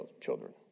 children